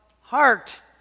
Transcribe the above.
heart